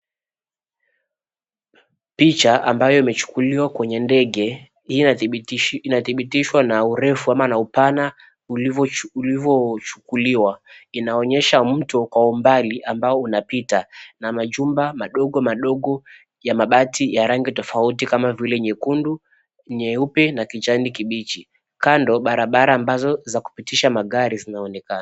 Picha ambayo imechukuliwa kwenye ndege. Hii inadhibitishwa na urefu ama na upana ulivochukuliwa. Inaonyesha mto kwa umbali ambao unapita na majumba madogomadogo ya mabati ya rangi tofauti kama vile nyekundu, nyeupe na kijani kibichi. Kando barabara ambazo za kupitisha magari zinaonekana.